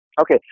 Okay